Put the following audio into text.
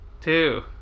Two